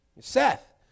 Seth